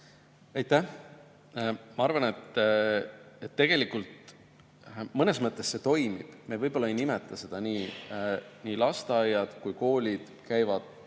Aitäh! Ma arvan, et tegelikult mõnes mõttes see toimib. Me võib-olla ei nimeta seda nii, aga nii lasteaiad kui ka koolid käivad